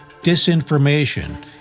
disinformation